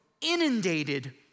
inundated